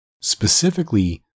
specifically